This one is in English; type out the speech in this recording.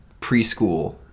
preschool